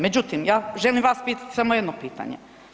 Međutim, ja želim vas pitati samo jedno pitanje.